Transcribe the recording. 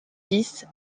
dix